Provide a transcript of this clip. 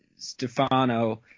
Stefano